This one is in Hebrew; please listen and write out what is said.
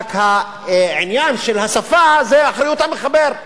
רק העניין של השפה זה אחריות המחבר.